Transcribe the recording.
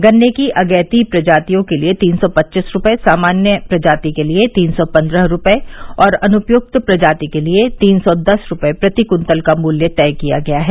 गन्ने की अगैती प्रजातियों के लिए तीन सौ पच्चीस रूपये सामान्य प्रजाति के लिए तीन सौ पन्द्रह रूपये और अनुपयुक्त जाति के लिए तीन सौ दस रूपये प्रति कृतल का मूल्य तय किया गया है